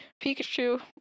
Pikachu